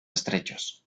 estrechos